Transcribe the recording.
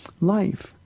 life